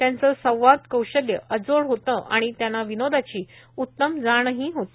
त्यांचं संवाद कौशल्य अजोड होते आणि त्यांना विनोदाची उत्तम जाणही होती